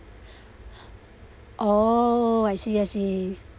oh I see I see